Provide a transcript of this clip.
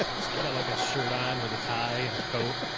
he's got like a shirt on with a tie and a coat.